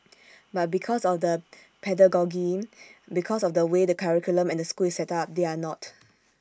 but because of the pedagogy because of the way the curriculum and the school is set up they are not